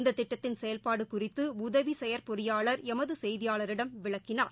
இந்த திட்டத்தின் செயல்பாடு சு குறித்து சுடதவி செயற்பொறியாளர் எமது சு செய்தியாளரிடம் விளக்கினார்